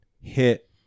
hit